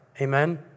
Amen